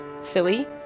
silly